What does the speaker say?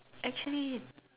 actually